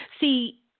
See